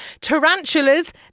Tarantulas